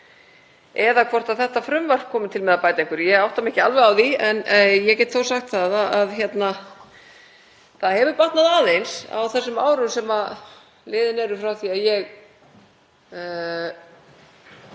eða hvort þetta frumvarp komi til með að bæta eitthvað. Ég átta mig ekki alveg á því. Ég get þó sagt að það hefur batnað aðeins á þeim árum sem liðin eru frá því að ég